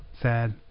Sad